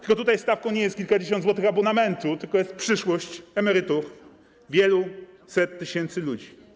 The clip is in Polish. Tylko tutaj stawką nie jest kilkadziesiąt złotych abonamentu, tylko jest przyszłość emerytów, wieluset tysięcy ludzi.